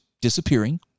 disappearing